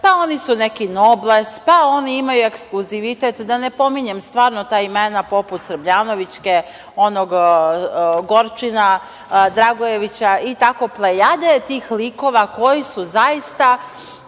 Pa, oni su neki nobles, pa oni imaju ekskluzivitet, da ne pominjem stvarno ta imena poput Srbljanovićke, onog Gorčina, Dragojevića i plejade tih likova koji su zaista